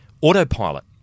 Autopilot